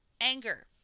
anger